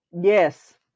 Yes